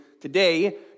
today